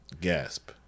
gasp